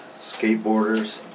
skateboarders